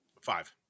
Five